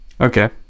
okay